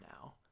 now